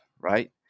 right